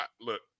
Look